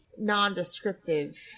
non-descriptive